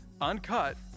uncut